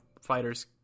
fighters